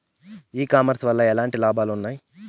ఈ కామర్స్ వల్ల ఎట్లాంటి లాభాలు ఉన్నాయి?